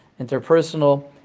interpersonal